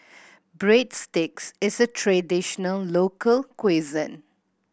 breadsticks is a traditional local cuisine